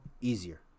easier